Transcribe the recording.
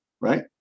right